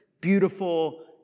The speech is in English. beautiful